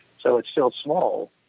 so it's still small,